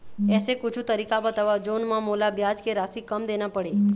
ऐसे कुछू तरीका बताव जोन म मोला ब्याज के राशि कम देना पड़े?